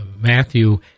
Matthew